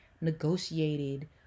negotiated